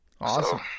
Awesome